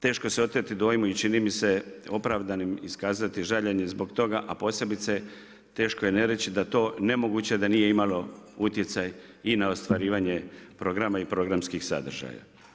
Teško se oteti dojmu i čini mi se opravdanim iskazati žaljenje zbog toga, a posebice teško je ne reći da to nemoguće da nije imalo utjecaj i na ostvarivanje programa i programskih sadržaja.